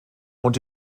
und